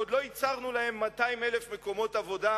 ועוד לא ייצרנו להם 200,000 מקומות עבודה,